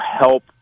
help